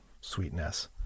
sweetness